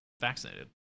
vaccinated